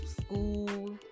school